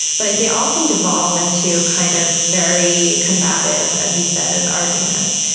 but they often devolve into kind of very combative, as you said, arguments.